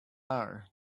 hour